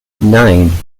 nine